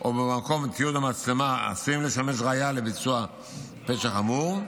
או במקום תיעוד או מצלמה העשויים לשמש ראיה לביצוע פשע חמור,